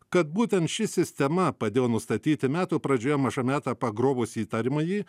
kad būtent ši sistema padėjo nustatyti metų pradžioje mažametę pagrobusį įtariamąjį